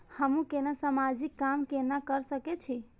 हमू केना समाजिक काम केना कर सके छी?